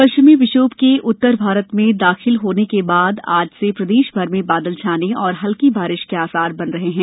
पश्चिमी विक्षोभ के उत्तर भारत में दाखिल होने के बाद आज से प्रदेशभर में बादल छाने और हल्की बारिश के आसार बन रहे हैं